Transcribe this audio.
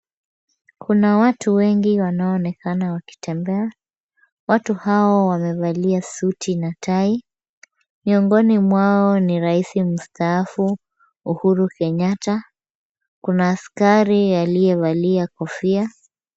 Kuna watu wengi wanaoonekana wakitembea. Watu hao wamevalia suti na tai. Miongoni mwao ni rais mstaafu Uhuru Kenyatta. Kuna askari aliyevalia kofia.